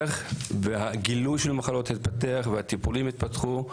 והגילוי של המחלות התפתח והטיפולים התפתחו,